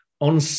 On